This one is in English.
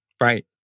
Right